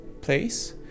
place